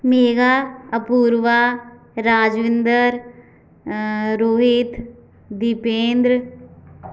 Megha Apoorva Rajvinder Rohit Dipendra